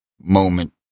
moment